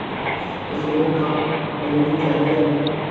मसूर में खाद मिलनी चाहिए या नहीं?